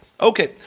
okay